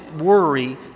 worry